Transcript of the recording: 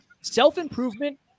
Self-improvement